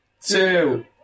two